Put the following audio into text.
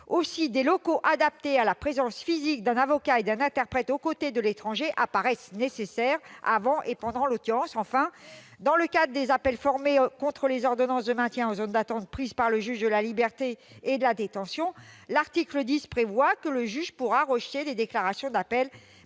Aussi des locaux adaptés à la présence physique d'un avocat et d'un interprète aux côtés de l'étranger apparaissent-ils nécessaires avant et pendant l'audience. Enfin, dans le cadre des appels formés contre les ordonnances de maintien en zone d'attente prises par le juge des libertés et de la détention, l'article 10 prévoit que le juge pourra rejeter des déclarations d'appel